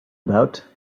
about